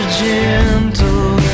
gentle